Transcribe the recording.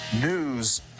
news